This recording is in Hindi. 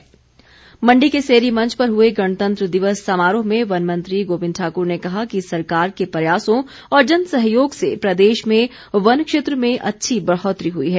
मण्डी समारोह मण्डी के सेरी मंच पर हुए गणतंत्र दिवस समारोह में वन मंत्री गोविंद ठाकुर ने कहा कि सरकार के प्रयासों और जन सहयोग से प्रदेश में वन क्षेत्र में अच्छी बढ़ोतरी हुई है